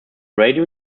radio